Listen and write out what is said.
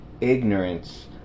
ignorance